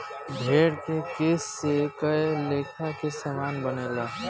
भेड़ के केश से कए लेखा के सामान बनेला